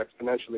exponentially